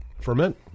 ferment